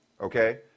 Okay